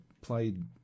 played